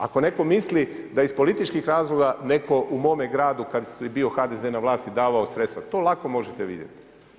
Ako neko misli da iz političkih razloga neko u mome gradu kad je bio HDZ na vlasti davao sredstva, to lako možete vidjeti.